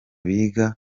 biga